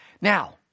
Now